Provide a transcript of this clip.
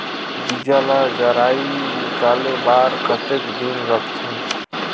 बीजा ला जराई निकाले बार कतेक दिन रखथे?